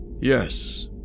Yes